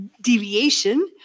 deviation